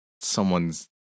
someone's